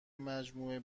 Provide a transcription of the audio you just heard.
مجموعه